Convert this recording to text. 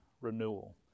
renewal